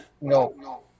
no